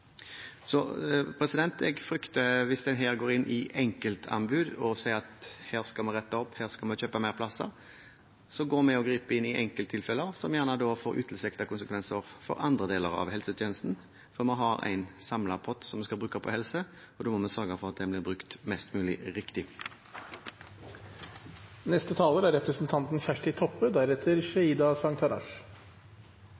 Jeg frykter, hvis en her går inn i enkeltanbud og sier at her skal vi rette opp, her skal vi kjøpe flere plasser, griper vi inn i enkelttilfeller, som gjerne får utilsiktede konsekvenser for andre deler av helsetjenesten. Vi har en samlet pott som vi skal bruke på helse, og da må vi sørge for at den blir brukt mest mulig riktig. Senterpartiet er